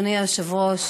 אדוני היושב-ראש,